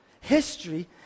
History